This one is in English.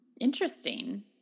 Interesting